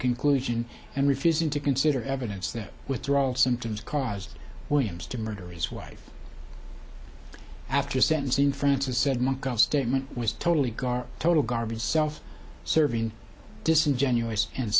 conclusion and refusing to consider evidence that withdrawal symptoms caused williams to murder his wife after sentencing francis said monk of statement was totally ghar total garbage self serving disingenuous and